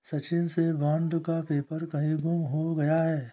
सचिन से बॉन्ड का पेपर कहीं गुम हो गया है